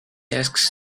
asks